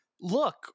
look—